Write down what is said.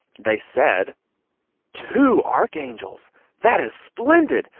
they said two archangels that is splendid.